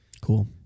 Cool